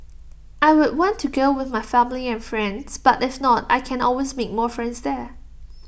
I would want to go with my family and friends but if not I can always make more friends there